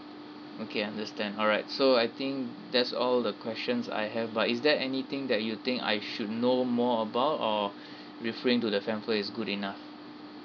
okay understand all right so I think that's all the questions I have but is there anything that you think I should know more about or referring to the pamphlet is good enough